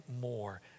more